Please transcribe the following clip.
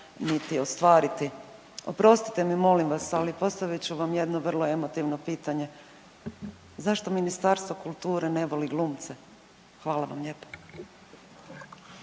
niti ostvariti. Oprostite mi molim vas, ali postavit ću vam jedno vrlo emotivno pitanje. Zašto Ministarstvo kulture ne voli glumce? Hvala vam lijepa.